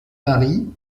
marie